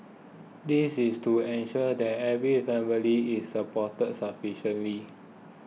this is to ensure that every family is supported sufficiently